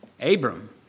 Abram